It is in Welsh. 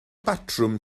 batrwm